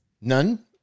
None